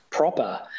proper